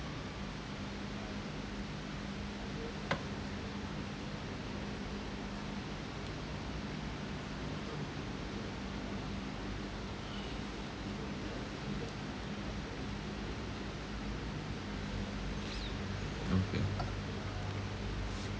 okay